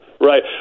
Right